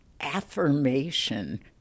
affirmation